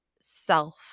self